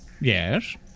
Yes